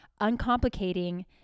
uncomplicating